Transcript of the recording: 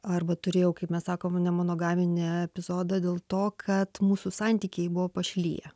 arba turėjau kaip mes sakom nemonogaminį epizodą dėl to kad mūsų santykiai buvo pašliję